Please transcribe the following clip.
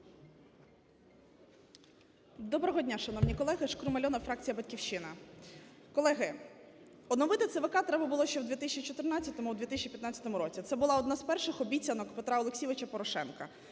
Доброго дня, шановні колеги! Шкрум Альона, фракція "Батьківщина". Колеги, оновити ЦВК треба було ще в 2014-2015 році, це була одна з перших обіцянок Петра Олексійовича Порошенка.